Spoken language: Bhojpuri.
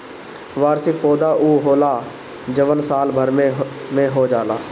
वार्षिक पौधा उ होला जवन साल भर में हो जाला